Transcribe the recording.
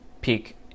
peak